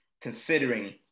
considering